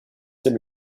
dem